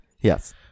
Yes